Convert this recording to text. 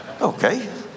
Okay